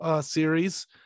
series